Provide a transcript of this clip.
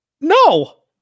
No